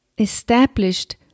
established